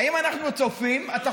האם אנחנו צופים, יוסי, אומנותך בידך.